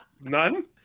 none